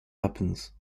happens